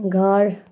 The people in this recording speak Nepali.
घर